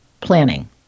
planning